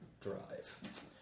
drive